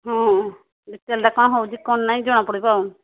ହଁ ହଁ ଦେଖିସାରିଲେ କ'ଣ ହେଉଛି କ'ଣ ନାଇଁ ଜଣାପଡ଼ିବ ଆଉ